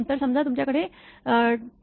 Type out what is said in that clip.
तर समजा तुमच्याकडे 2